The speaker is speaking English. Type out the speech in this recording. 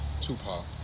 Tupac